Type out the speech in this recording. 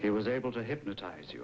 he was able to hypnotize you